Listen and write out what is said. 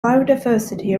biodiversity